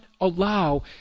allow